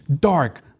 dark